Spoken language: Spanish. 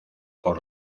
por